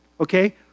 okay